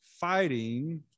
fighting